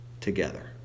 together